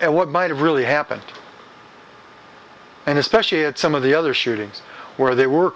at what might have really happened and especially at some of the other shootings where they were